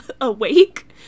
awake